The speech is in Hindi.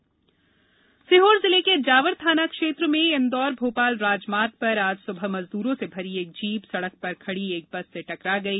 सड़क दुर्घटना सीहोर जिले के जावर थाना क्षेत्र में इंदौर भोपाल राजमार्ग पर आज सुबह मजदूरों से भरी एक जीप सड़क पर खड़ी एक बस से टकरा गई